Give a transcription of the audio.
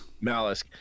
Malice